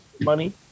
Money